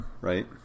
right